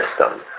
system